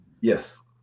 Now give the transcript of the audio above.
Yes